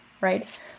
Right